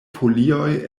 folioj